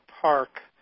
Park